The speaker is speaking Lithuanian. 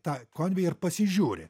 tą konvei ir pasižiūri